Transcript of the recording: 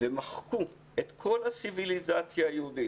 ומחקו את כל הסיוויליזציה היהודית,